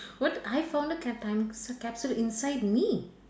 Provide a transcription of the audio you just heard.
what I found the cap~ time s~ capsule inside me